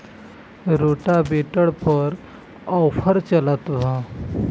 Rotavator पर का offer चलता?